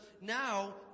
now